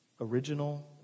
original